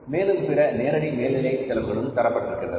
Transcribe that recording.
மேலும் பிற நேரடி மேல்நிலை செலவுகள் தரப்பட்டிருக்கிறது